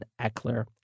Eckler